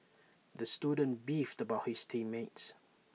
the student beefed about his team mates